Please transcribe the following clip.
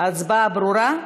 ההצבעה ברורה?